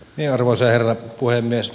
arvoisa herra puhemies